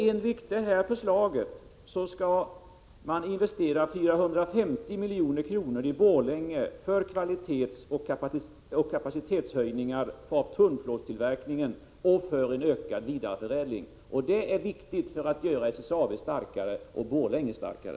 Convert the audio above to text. Enligt förslaget skall man investera 450 miljoner i Borlänge för kvalitetsoch kapacitetshöjningar av tunnplåtstillverkningen och för en ökad vidareförädling. Det är viktigt för att göra SSAB och Borlänge starkare.